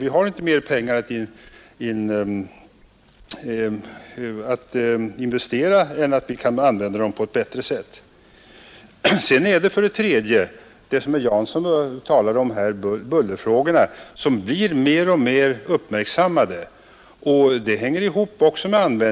Vi har inte mera pengar att investera än att vi bör använda dem på ett bättre sätt. Bullerfrågorna, som herr Jansson talade om, blir mer och mer uppmärksammade.